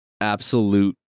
absolute